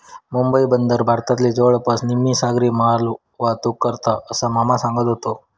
मुंबई बंदर भारतातली जवळपास निम्मी सागरी मालवाहतूक करता, असा मामा सांगत व्हतो